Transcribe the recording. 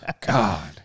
God